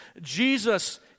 Jesus